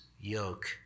yoke